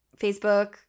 Facebook